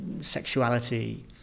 sexuality